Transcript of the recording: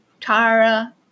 Tara